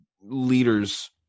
leaders